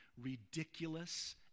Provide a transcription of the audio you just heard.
ridiculous